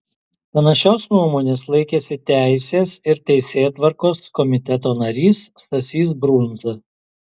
panašios nuomonės laikėsi teisės ir teisėtvarkos komiteto narys stasys brundza